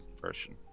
version